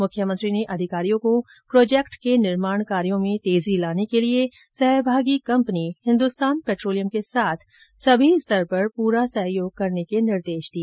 मुख्यमंत्री ने अधिकारियों को प्रोजेक्ट के निर्माण कार्यों में तेजी लाने के लिए सहभागी कम्पनी हिन्दुस्तान पेट्रोलियम के साथ सभी स्तर पर पूरा सहयोग करने के निर्देश दिए